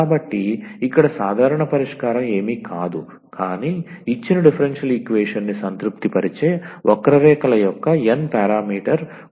కాబట్టి ఇక్కడ సాధారణ పరిష్కారం ఏమీ కాదు కానీ ఇచ్చిన డిఫరెన్షియల్ ఈక్వేషన్ని సంతృప్తిపరిచే వక్రరేఖల యొక్క n పారామీటర్ కుటుంబం అవుతుంది